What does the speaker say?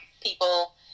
people